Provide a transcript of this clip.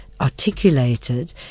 articulated